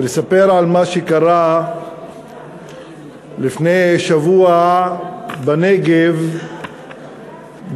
ולספר על מה שקרה לפני שבוע בנגב בהריסת